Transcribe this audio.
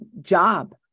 job